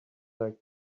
like